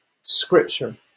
scripture